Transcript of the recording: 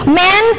men